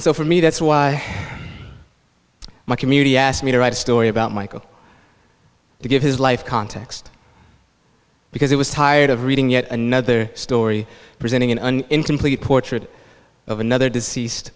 so for me that's why my community asked me to write a story about michael to give his life context because he was tired of reading yet another story presenting an incomplete portrait of another deceased